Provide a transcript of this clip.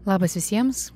labas visiems